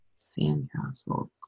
Sandcastle